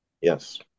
Yes